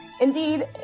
Indeed